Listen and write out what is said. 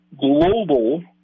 global